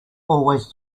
always